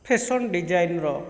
fashion ଡିଜାଇନ୍ର